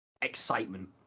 excitement